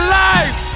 life